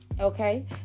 Okay